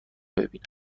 ببینم